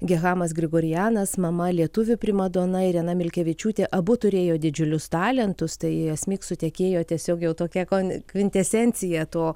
gehamas grigorianas mama lietuvių primadona irena milkevičiūtė abu turėjo didžiulius talentus tai asmik sutekėjo tiesiog tokia kon kvintesencija to